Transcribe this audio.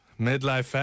Midlife